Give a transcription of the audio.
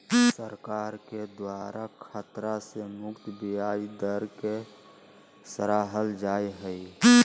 सरकार के द्वारा खतरा से मुक्त ब्याज दर के सराहल जा हइ